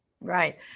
Right